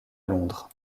londres